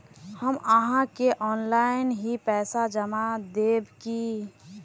हम आहाँ के ऑनलाइन ही पैसा जमा देब की?